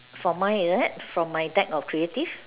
from mine lab from my back of creative